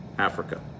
Africa